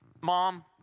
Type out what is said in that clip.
Mom